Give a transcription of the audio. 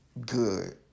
good